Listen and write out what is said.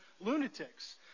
lunatics